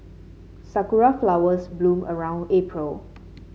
sakura flowers bloom around April